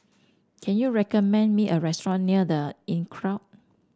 can you recommend me a restaurant near The Inncrowd